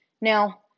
Now